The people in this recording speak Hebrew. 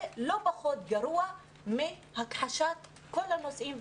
זה לא פחות גרוע מהכחשת כל הנושאים,